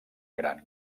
gran